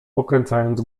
pokręcając